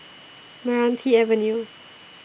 Meranti Avenue